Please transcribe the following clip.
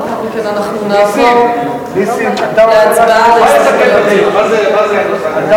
לאחר מכן אנחנו נעבור להצבעה על ההסתייגויות.